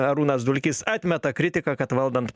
arūnas dulkys atmeta kritiką kad valdant